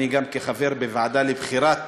אני גם, כחבר בוועדה לבחירת